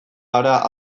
gara